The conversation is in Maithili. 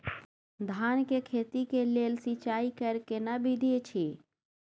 धान के खेती के लेल सिंचाई कैर केना विधी अछि?